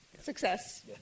Success